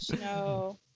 No